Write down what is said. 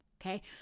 okay